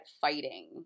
fighting